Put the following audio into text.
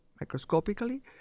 microscopically